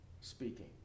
speaking